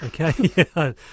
Okay